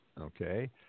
Okay